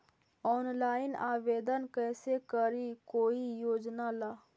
Online आवेदन कैसे करी कोई योजना ला?